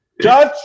Judge